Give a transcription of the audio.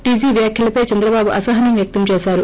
TG వ్యాఖ్యలపై చంద్రబాబు అసహనం వ్యక్తం చేశారు